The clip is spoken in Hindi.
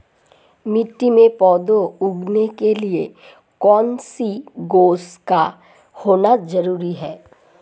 मिट्टी में पौधे उगाने के लिए कौन सी गैस का होना जरूरी है?